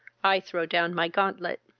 i throw down my gauntlet.